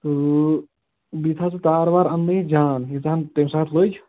تہٕ یِم تھاو ژٕ تارٕ وارٕ اَننٲوِتھ جان ییٖژھ ہن تَمہِ ساتن لٔج